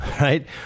right